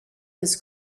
his